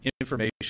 information